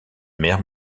mers